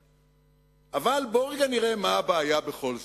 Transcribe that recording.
אבל בואו נראה לרגע מה הבעיה בכל זאת.